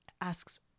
asks